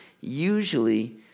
usually